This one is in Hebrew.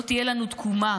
לא תהיה לנו תקומה